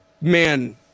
Man